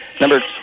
Number